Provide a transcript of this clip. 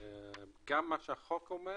גם מה שהחוק אומר,